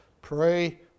Pray